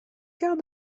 quart